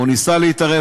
או ניסה להתערב,